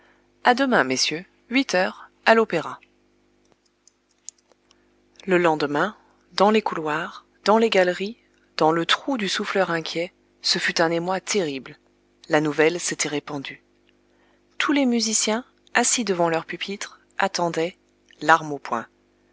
à demain messieurs huit heures à l'opéra le lendemain dans les couloirs dans les galeries dans le trou du souffleur inquiet ce fut un émoi terrible la nouvelle s'était répandue tous les musiciens assis devant leurs pupitres attendaient l'arme au poing